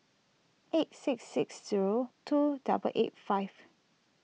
eight six six zero two double eight five